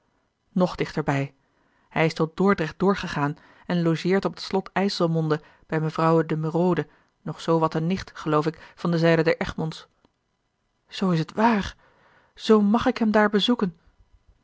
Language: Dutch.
nog dichterbij hij is tot dordrecht doorgegaan en logeert op t slot ijsselmonde bij mevrouwe de merode nog zoo wat eene nicht geloof ik van de zijde der egmonds zoo is het waar zoo mag ik hem daar bezoeken